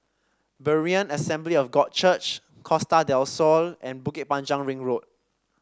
Berean Assembly of God Church Costa Del Sol and Bukit Panjang Ring Road